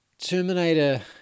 Terminator